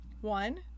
One